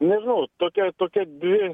nežinau tokia tokia dvi